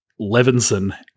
Levinson